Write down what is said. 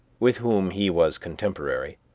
with whom he was contemporary,